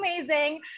amazing